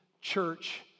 church